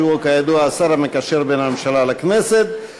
שהוא כידוע השר המקשר בין הממשלה לכנסת,